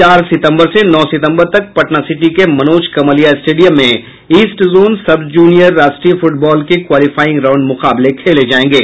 चार सितंबर से नौ सितंबर तक पटना सिटी के मनोज कमलिया स्टेडियम में ईस्ट जोन सब जूनियर राष्ट्रीय फुटबॉल को क्वालीफाइंग राउंड मुकाबले खेले जायेंगे